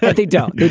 they don't.